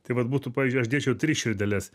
tai vat būtų pavyzdžiui aš dėčiau tris širdeles